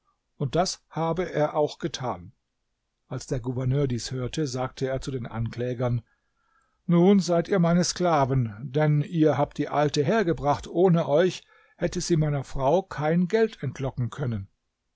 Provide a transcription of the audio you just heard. und das habe er auch getan als der gouverneur dies hörte sagte er zu den anklägern nun seid ihr meine sklaven denn ihr habt die alte hergebracht ohne euch hätte sie meiner frau kein geld entlocken können